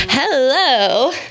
Hello